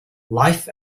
life